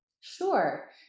Sure